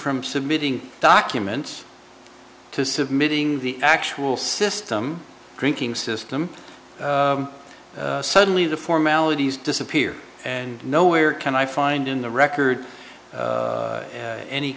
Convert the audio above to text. from submitting documents to submitting the actual system drinking system suddenly the formalities disappear and no where can i find in the record a